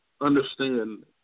understand